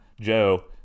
joe